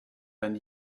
than